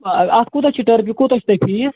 اَتھ کوٗتاہ چھُ ٹٔرفہِ کوٗتاہ چھُو تۄہہِ فیٖس